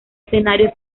escenario